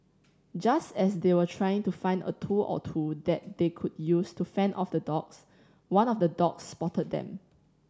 just as they were trying to find a tool or two that they could use to fend off the dogs one of the dogs spotted them